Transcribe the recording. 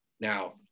Now